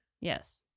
Yes